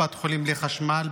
קופת חולים בלי חשמל,